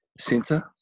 center